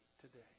today